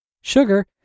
Sugar